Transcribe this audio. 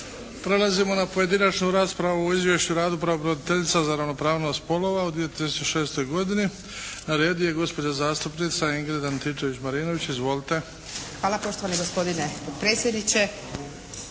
Prelazimo na pojedinačnu raspravu o Izvješću o radu pravobraniteljice za ravnopravnost spolova u 2006. godini. Na redu je gospođa zastupnica Ingrid Antičević Marinović. Izvolite! **Antičević Marinović,